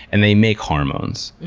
and they make hormones.